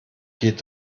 geht